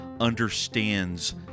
understands